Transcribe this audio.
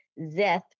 zeth